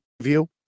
view